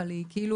אבל היא כוללת,